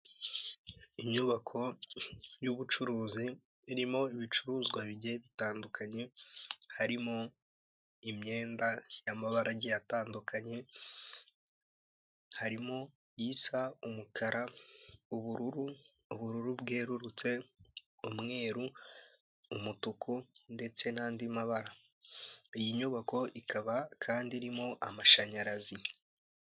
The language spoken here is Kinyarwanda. Inyubako y'ubucuruzi irimo ibicuruzwa bigiye bitandukanye harimo imyenda y'amabara agiye atandukanye, harimo isa umukara, ubururu, ubururu bwerurutse, umweru, umutuku ndetse n'andi mabara, iyi nyubako ikaba kandi irimo amashanyarazi.